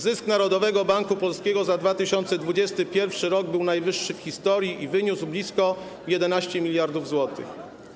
Zysk Narodowego Banku Polskiego za 2021 r. był najwyższy w historii i wyniósł blisko 11 mld zł.